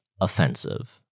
offensive